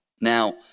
Now